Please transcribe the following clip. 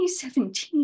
2017